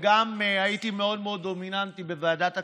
וגם הייתי מאוד מאוד דומיננטי בוועדת הכספים.